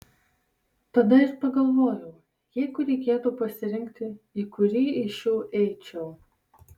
tada ir pagalvojau jeigu reikėtų pasirinkti į kurį iš šių eičiau